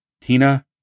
Tina